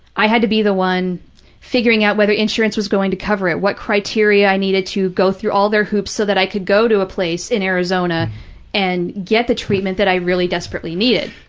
i had to be the one figuring out whether insurance was going to cover it, what criteria i needed to go through all their hoops so that i could go to a place in arizona and get the treatment that i really desperately needed.